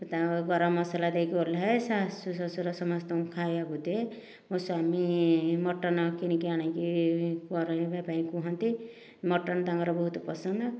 ତାକୁ ଗରମ ମସଲା ଦେଇକି ଓହ୍ଲାଏ ଶାଶୁ ଶ୍ୱଶୁର ସମସ୍ତଙ୍କୁ ଖାଇବାକୁ ଦିଏ ମୋ ସ୍ୱାମୀ ମଟନ୍ କିଣିକି ଆଣିକି କରିବା ପାଇଁ କୁହନ୍ତି ମଟନ୍ ତାଙ୍କର ବହୁତ ପସନ୍ଦ